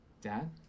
Dad